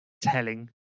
telling